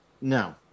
no